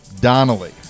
Donnelly